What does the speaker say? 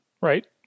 right